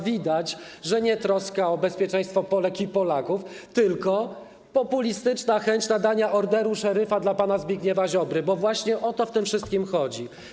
Widać, że nie troska o bezpieczeństwo Polek i Polaków, tylko populistyczna chęć nadania orderu szeryfa dla pana Zbigniewa Ziobry, bo właśnie o to w tym wszystkim chodzi.